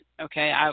okay